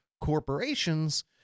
corporations